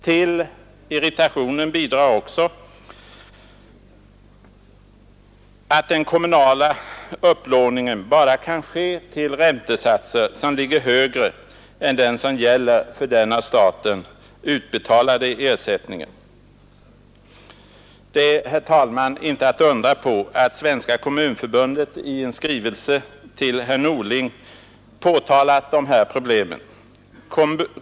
Till irritationen bidrar också att den kommunala upplåningen bara kan ske till räntesatser som ligger högre än den som gäller för den av staten utbetalade ersättningen. Det är, herr talman, inte att undra på att Svenska kommunförbundet i en skrivelse till herr Norling påtalat de här problemen.